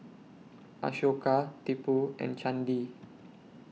Ashoka Tipu and Chandi